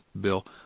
Bill